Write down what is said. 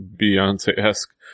Beyonce-esque